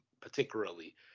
particularly